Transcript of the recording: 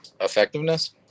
effectiveness